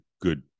good